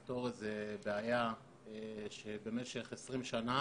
לפתור איזו בעיה שבמשך 20 שנה